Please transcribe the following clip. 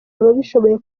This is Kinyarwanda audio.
ababishoboye